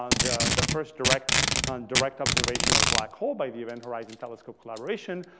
um the the first direct direct observation of a black hole by the event horizon telescope collaboration.